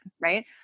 right